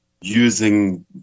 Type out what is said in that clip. using